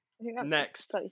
Next